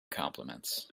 compliments